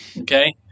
Okay